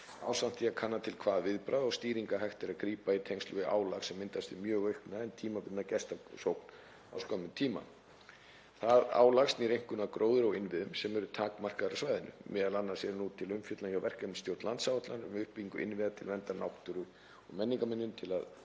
ásamt því að kanna til hvaða viðbragða og stýringa hægt er að grípa í tengslum við álag sem myndast við mjög aukna en tímabundna gestasókn á skömmum tíma. Það álag snýr einkum að gróðri og innviðum sem eru takmarkaðir á svæðinu. Meðal annars er nú til umfjöllunar hjá verkefnisstjórn landsáætlunar um uppbyggingu innviða til verndar náttúru og menningarminjum að